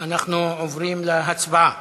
אנחנו עוברים להצבעה.